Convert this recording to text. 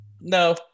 No